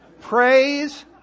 Praise